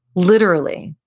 literally,